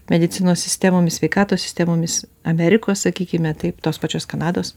medicinos sistemomis sveikatos sistemomis amerikos sakykime taip tos pačios kanados